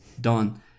done